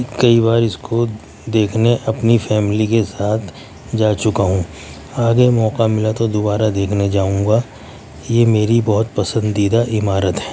کئی بار اس کو دیکھنے اپنی فیملی کے ساتھ جا چکا ہوں آگے موقع ملا تو دوبارہ دیکھنے جاؤں گا یہ میری بہت پسندیدہ عمارت ہے